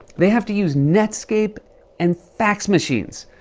they have to use netscape and fax machines.